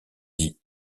dit